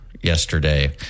yesterday